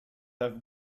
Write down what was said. have